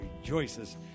rejoices